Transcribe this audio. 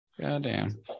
Goddamn